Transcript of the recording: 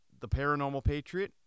theparanormalpatriot